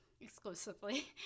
exclusively